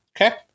okay